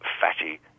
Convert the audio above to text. fatty